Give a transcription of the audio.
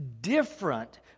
different